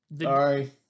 Sorry